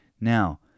Now